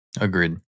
Agreed